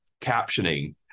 captioning